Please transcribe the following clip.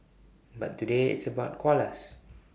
but today it's about koalas